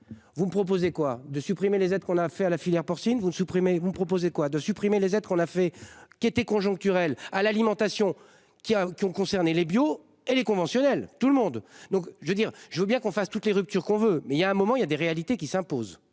Vous proposez quoi de supprimer les aides qu'on a fait à la filière porcine vous ne supprimez vous proposez quoi de supprimer les aides qu'on a fait, qui était conjoncturel à l'alimentation qui a, qui ont concerné les bio et lait conventionnel. Tout le monde donc je veux dire je veux bien qu'on fasse toutes les ruptures qu'on veut mais il y a un moment il y a des réalités qui s'imposent